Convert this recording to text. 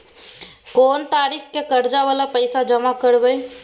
कोन तारीख के कर्जा वाला पैसा जमा करबे?